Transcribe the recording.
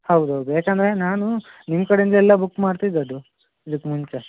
ಹೌದು ಹೌದು ಯಾಕಂದರೆ ನಾನು ನಿಮ್ಮ ಕಡೆಯಿಂದ ಎಲ್ಲ ಬುಕ್ ಮಾಡ್ತಿದ್ದದ್ದು ಇದಕ್ಕೆ ಮುಂಚೆ